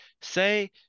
say